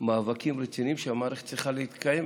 מאבקים רציניים רפואיים